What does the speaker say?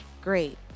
great